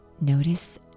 Notice